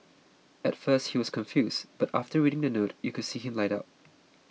at first he was confused but after reading the note you could see him light up